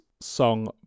song